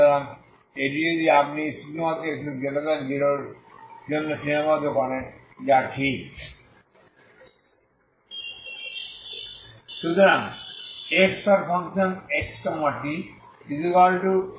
সুতরাং এটি যদি আপনি শুধুমাত্র x0 এর জন্য সীমাবদ্ধ করেন যা ঠিক uxtu2xt